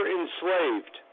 enslaved